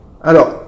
Alors